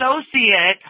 associate